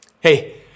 hey